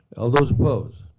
all those opposed?